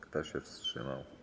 Kto się wstrzymał?